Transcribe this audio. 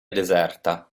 deserta